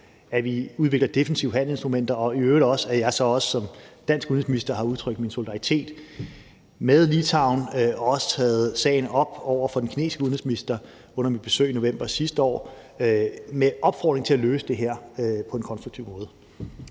at vi udvikler defensive handelsinstrumenter, og at jeg så i øvrigt også som dansk udenrigsminister har udtrykt min solidaritet med Litauen, og at jeg også har taget sagen op over for den kinesiske udenrigsminister under mit besøg i november sidste år med en opfordring til at løse det her på en konstruktiv måde.